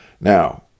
Now